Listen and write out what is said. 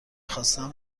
خواستم